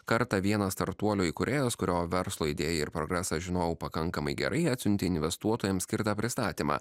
kartą vienas startuolio įkūrėjas kurio verslo idėją ir progresą žinojau pakankamai gerai atsiuntė investuotojams skirtą pristatymą